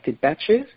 batches